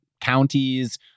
counties